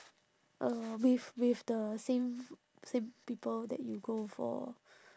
um with with the same same people that you go for